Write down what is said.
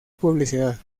publicidad